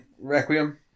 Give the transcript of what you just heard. Requiem